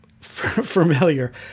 familiar